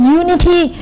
unity